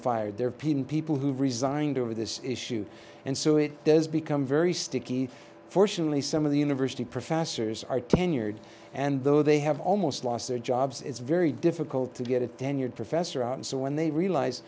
fired their pin people who resigned over this issue and so it does become very sticky fortunately some of the university professors are tenured and though they have almost lost their jobs it's very difficult to get a tenured professor out and so when they realize